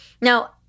Now